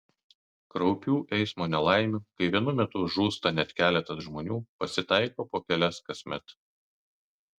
kraupių eismo nelaimių kai vienu metu žūsta net keletas žmonių pasitaiko po kelias kasmet